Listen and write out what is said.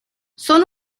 son